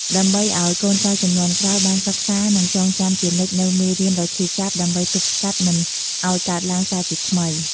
ដើម្បីឲ្យកូនចៅជំនាន់ក្រោយបានសិក្សា និងចងចាំជានិច្ចនូវមេរៀនដ៏ឈឺចាប់ ដើម្បីទប់ស្កាត់មិនឲ្យកើតឡើងសារជាថ្មី។